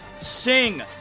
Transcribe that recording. Sing